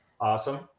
awesome